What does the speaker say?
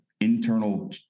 internal